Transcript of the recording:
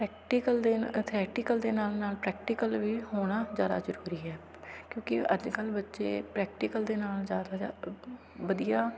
practical ਦੇ theoretical ਦੇ ਨਾਲ ਨਾਲ ਪ੍ਰੈਕਟੀਕਲ ਵੀ ਹੋਣਾ ਜ਼ਿਆਦਾ ਜ਼ਰੂਰੀ ਹੈ ਕਿਉਂਕਿ ਅੱਜ ਕੱਲ੍ਹ ਬੱਚੇ ਪ੍ਰੈਕਟੀਕਲ ਦੇ ਨਾਲ ਜ਼ਿਆਦਾ ਜ ਵਧੀਆ